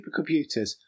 supercomputers